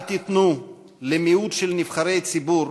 אל תיתנו למיעוט של נבחרי ציבור,